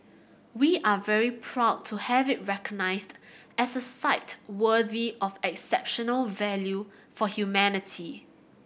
we are very proud to have it recognised as a site worthy of exceptional value for humanity